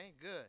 good